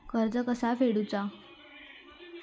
कर्ज कसा फेडुचा?